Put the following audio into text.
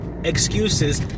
Excuses